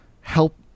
help